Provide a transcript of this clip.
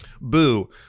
Boo